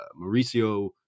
Mauricio